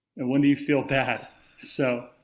and when do you feel bad? so,